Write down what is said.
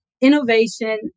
innovation